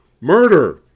Murder